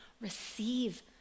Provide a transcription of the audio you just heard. receive